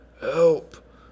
help